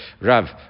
Rav